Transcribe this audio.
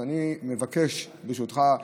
אז ברשותך,